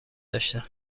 داشتم